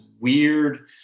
weird